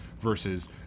versus